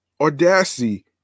audacity